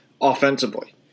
offensively